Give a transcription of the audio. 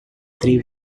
three